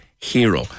Hero